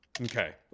Okay